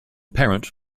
parent